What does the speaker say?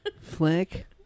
Flick